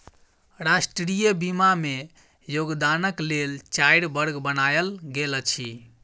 राष्ट्रीय बीमा में योगदानक लेल चाइर वर्ग बनायल गेल अछि